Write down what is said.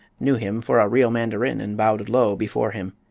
knew him for a real mandarin and bowed low before him.